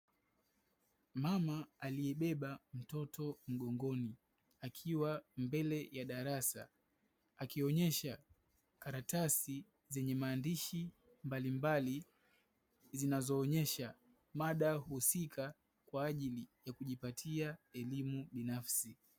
Mama aliyebeba mtoto mgongoni akiwa mbele ya darasa akionyesha karatasi zenye maandishi mbalimbali zinazoonyesha mada husika kwa ajili ya kujipatia elimu binafsi.